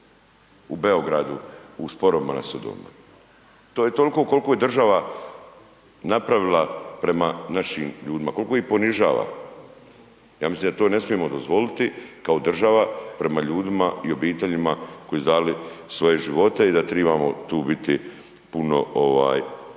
u Beogradu u sporovima na sudovima. To je toliko koliko je država napravila prema našim ljudima, koliko ih ponižava. Ja mislim da to ne smijemo dozvoliti kao država prema ljudima i prema obiteljima koji su dali svoje živote i trebamo tu biti puno,